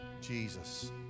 Jesus